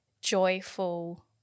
joyful